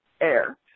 Air